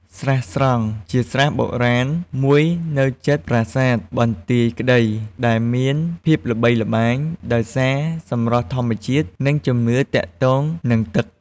ស្រះស្រង់ ជាស្រះបុរាណមួយនៅជិតប្រាសាទបន្ទាយក្តី ដែលមានភាពល្បីល្បាញដោយសារសម្រស់ធម្មជាតិ និងជំនឿទាក់ទងនឹងទឹក។